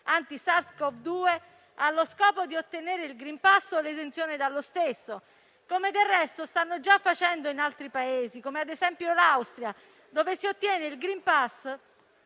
anti-SARS-CoV-2 allo scopo di ottenere il *green pass* o l'esenzione dallo stesso, come del resto stanno già facendo in altri Paesi, come ad esempio l'Austria, dove si ottiene il *green pass*